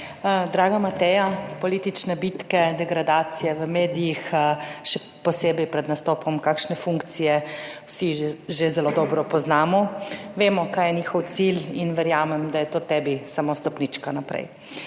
Draga Mateja, politične bitke, degradacije v medijih, še posebej pred nastopom kakšne funkcije, vsi že zelo dobro poznamo. Vemo, kaj je njihov cilj in verjamem, da je to tebi samo stopnička naprej.